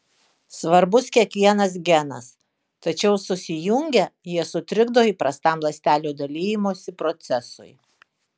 svarbus kiekvienas genas tačiau susijungę jie sutrikdo įprastam ląstelių dalijimosi procesui